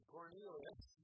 Cornelius